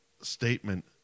statement